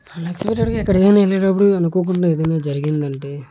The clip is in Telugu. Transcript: అనెక్స్పెక్టడ్గా ఎక్కడికైనా వెళ్ళినప్పుడు అనుకోకుండా ఏదైనా జరిగిందంటే